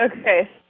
Okay